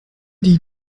die